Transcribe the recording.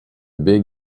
big